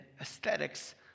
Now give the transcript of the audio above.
aesthetics